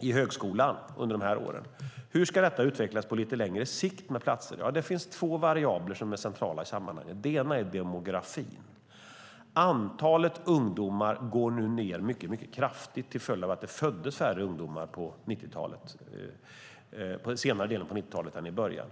i högskolan under dessa år. Hur ska detta med platser utvecklas på lite längre sikt? Ja, det finns två variabler som är centrala i sammanhanget. Det ena är demografin. Antalet ungdomar går nu ned mycket kraftigt till följd av att det föddes färre barn under senare delen av 90-talet än i början.